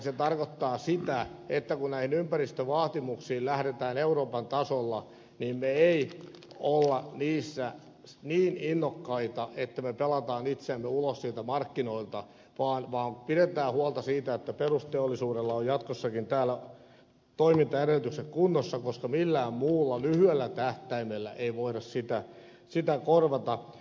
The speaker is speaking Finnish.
se tarkoittaa sitä että kun näihin ympäristövaatimuksiin lähdetään euroopan tasolla niin me emme ole niissä niin innokkaita että me pelaamme itseämme ulos sieltä markkinoilta vaan pidetään huolta siitä että perusteollisuudella on jatkossakin täällä toimintaedellytykset kunnossa koska millään muulla lyhyellä tähtäimellä ei voida sitä korvata